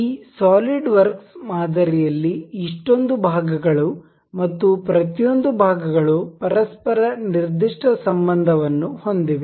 ಈ ಸಾಲಿಡ್ವರ್ಕ್ಸ್ ಮಾದರಿಯಲ್ಲಿ ಇಷ್ಟೊಂದು ಭಾಗಗಳು ಮತ್ತು ಪ್ರತಿಯೊಂದು ಭಾಗಗಳು ಪರಸ್ಪರ ನಿರ್ದಿಷ್ಟ ಸಂಬಂಧವನ್ನು ಹೊಂದಿವೆ